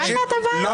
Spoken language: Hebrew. מה זה הדבר הזה?